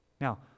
Now